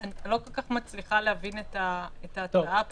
אני לא כל כך מצליחה להבין את ההתאמה פה,